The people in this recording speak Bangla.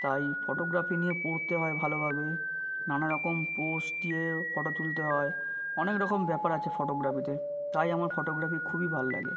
তাই ফটোগ্রাফি নিয়ে পড়তে হয় ভালোভাবে নানা রকম পোস্ট দিয়েও ফটো তুলতে হয় অনেক রকম ব্যাপার আছে ফটোগ্রাফিতে তাই আমার ফটোগ্রাফি খুবই ভাল লাগে